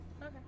Okay